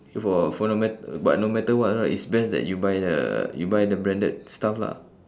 for for no mat~ but no matter what right it's best that you buy the you buy the branded stuff lah